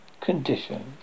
condition